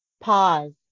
Pause